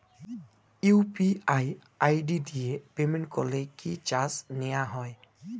UPI ID দিয়ে payment করলে কি চার্জ নেয়া হয়?